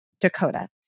Dakota